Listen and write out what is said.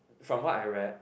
from what I read